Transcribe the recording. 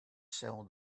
sell